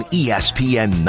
espn